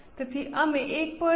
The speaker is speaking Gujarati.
તેથી અમે 1